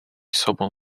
sobą